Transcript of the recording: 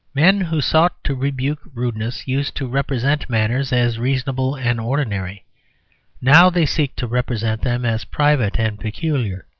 men who sought to rebuke rudeness used to represent manners as reasonable and ordinary now they seek to represent them as private and peculiar.